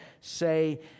say